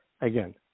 again